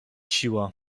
siła